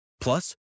Plus